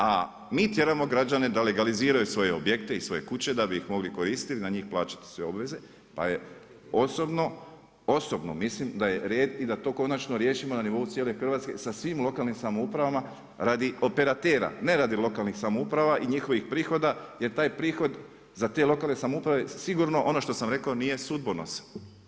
A mi tjeramo građane da legaliziraju svoje objekte i svoje kuće da bi ih mogli koristiti, na njih plaćati sve obveze, pa osobno mislim da je red i da to konačno riješimo na nivou cijele Hrvatske sa svim lokalnim samoupravama radi operatera, ne radi lokalnih samouprava i njihovih prihoda jer taj prihod za te lokalne samouprave sigurno ono što sam rekao, nije sudbonosan.